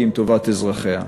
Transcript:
כי אם טובת אזרחיה.